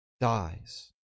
dies